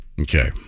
Okay